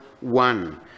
one